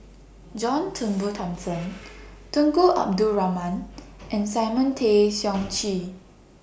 John Turnbull Thomson Tunku Abdul Rahman and Simon Tay Seong Chee